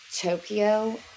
Tokyo